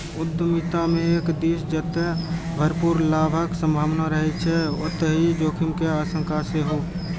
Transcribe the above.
उद्यमिता मे एक दिस जतय भरपूर लाभक संभावना रहै छै, ओतहि जोखिम के आशंका सेहो